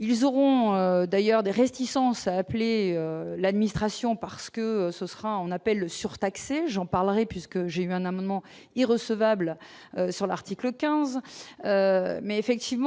ils auront d'ailleurs des réticences, a appelé l'administration parce que ce sera en appel le j'en parlerai puisque j'ai eu un amendement il recevable sur l'article 15 mais effectivement,